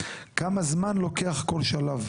בלתי מתקבל על הדעת.